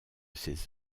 ses